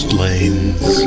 lanes